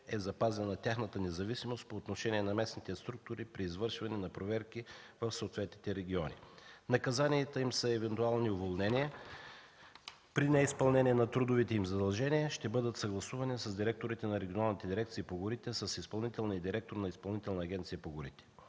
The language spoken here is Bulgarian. е запазена тяхната независимост по отношение на местните структури при извършване на проверки в съответните региони. Наказанията са им евентуални уволнения и при неизпълнение на трудовите им задължения ще бъдат съгласувани с директорите на регионалните дирекции по горите, с изпълнителния директор на Изпълнителна агенция по горите.